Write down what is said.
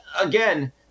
again